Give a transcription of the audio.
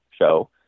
show